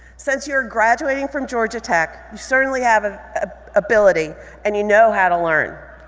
since you're graduating from georgia tech, you certainly have ah ah ability and you know how to learn.